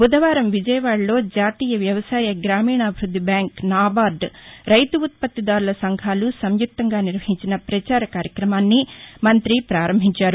బుధవారం విజయవాడలో జాతీయ వ్యవసాయ గ్రామీణాభివృద్ది బ్యాంకు నాబార్డు రైతు ఉత్పత్తిదారుల సంఘాలు సంయుక్తంగా నిర్వహించిన పచార కార్యకమాన్ని మంతి ప్రారంభించారు